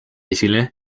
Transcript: esile